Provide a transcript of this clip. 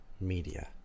media